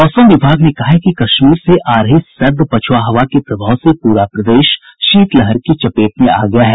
मौसम विभाग ने कहा है कि कश्मीर से आ रही सर्द पछुआ हवा के प्रभाव से पूरा प्रदेश शीतलहर की चपेट में आ गया है